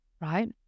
right